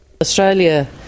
Australia